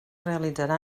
realitzarà